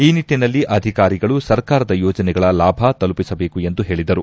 ಈ ನಿಟ್ಟನಲ್ಲಿ ಅಧಿಕಾರಿಗಳು ಸರ್ಕಾರದ ಯೋಜನೆಗಳ ಲಾಭ ತಲುಪಿಸಬೇಕು ಎಂದು ಹೇಳಿದರು